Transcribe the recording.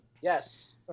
Yes